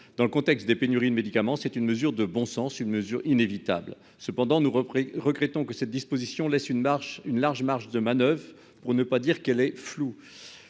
dans le contexte des pénuries de médicaments, c'est une mesure de bon sens, une mesure inévitables cependant nous repris regrettant que cette disposition laisse une marche une large marge de manoeuvre pour ne pas dire qu'elle est floue.